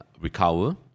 recover